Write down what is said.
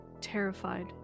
terrified